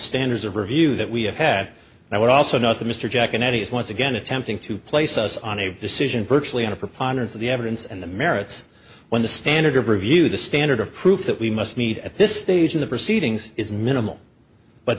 standards of review that we have had and i would also note the mr jack and he is once again attempting to place us on a decision virtually on a preponderance of the evidence and the merits when the standard of review the standard of proof that we must meet at this stage in the proceedings is minimal but